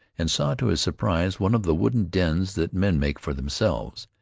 and saw to his surprise one of the wooden dens that men make for themselves.